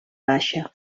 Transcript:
baixa